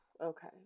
okay